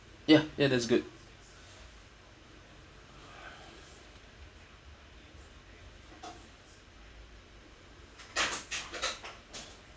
ya ya that's good